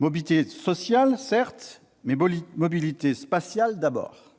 mobilité sociale, certes, mais mobilité spatiale d'abord.